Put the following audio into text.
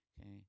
Okay